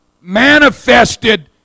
manifested